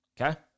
Okay